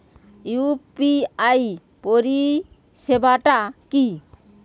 UPI পরিসেবাটা কি?